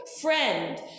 friend